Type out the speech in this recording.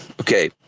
okay